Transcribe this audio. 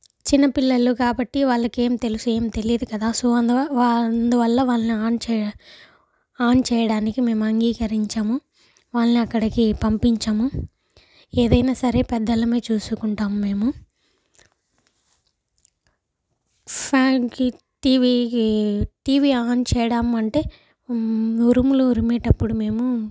చిన్నపిల్లలు కాబట్టి వాళ్లకేం తెలుసు ఏం తెలియదు కదా సో అందువల్ల అందువల్ల వాళ్లని ఆన్ చేయ ఆన్ చేయడానికి మేము అంగీకరించము వాళ్లని అక్కడికి పంపించము ఏదైనా సరే పెద్దలమే చూసుకుంటాము మేము సాన్కిట్ టీవీకి టీవీ ఆన్ చేయడం అంటే ఉరుములు ఉరిమేటప్పుడు మేము